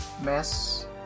mess